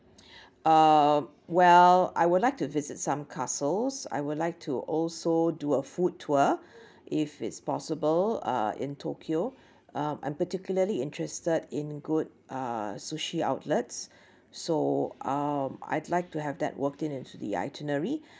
uh well I would like to visit some castles I would like to also do a food tour if it's possible uh in tokyo um I'm particularly interested in good uh sushi outlets so um I'd like to have that worked in into the itinerary